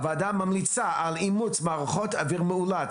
הוועדה ממליצה על אימוץ מערכות אוויר מאולץ